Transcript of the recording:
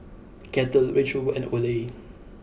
Kettle Range Rover and Olay